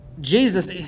Jesus